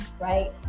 right